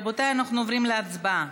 רבותיי, אנחנו עוברים להצבעה.